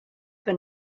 que